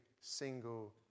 single